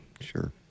Sure